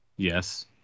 Yes